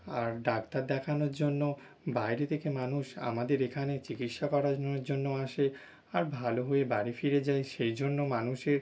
আর doctor দেখানোর জন্য বাইরে থেকে মানুষ আমাদের এখানে চিকিৎসা করানোর জন্য আসে আর ভালো হয়ে বাড়ি ফিরে যায় সেই জন্য মানুষের